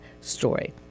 story